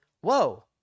Whoa